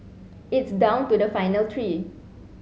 it's down to the final three